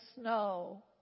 snow